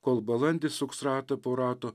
kol balandis suks ratą po rato